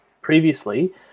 previously